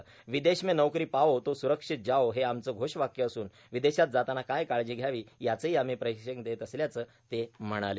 विदेश में नोकरी पाओ तो सुरक्षित जाओ हे आमचं घोषवाक्य असून विदेशात जाताना काय काळजी घ्यावी याचंही आम्ही प्रशिक्षण देत असल्याचं ते म्हणाले